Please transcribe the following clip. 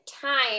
time